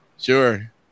Sure